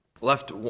left